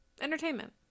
Entertainment